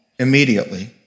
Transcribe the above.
immediately